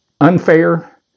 unfair